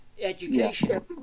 education